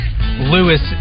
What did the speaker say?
Lewis